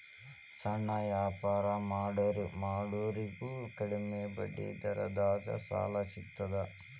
ಸಣ್ಣ ವ್ಯಾಪಾರ ಮಾಡೋರಿಗೆ ಕಡಿಮಿ ಬಡ್ಡಿ ದರದಾಗ್ ಸಾಲಾ ಸಿಗ್ತದಾ?